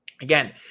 again